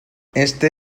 este